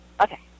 Okay